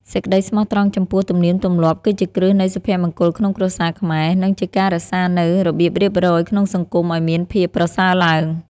សេចក្តីស្មោះត្រង់ចំពោះទំនៀមទម្លាប់គឺជាគ្រឹះនៃសុភមង្គលក្នុងគ្រួសារខ្មែរ និង ជាការរក្សានូវរបៀបរៀបរយក្នុងសង្គមឱ្យមានភាពប្រសើរឡើង។